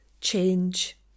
change